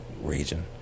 region